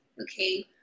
okay